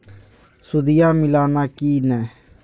सुदिया मिलाना की नय?